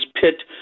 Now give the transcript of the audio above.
pit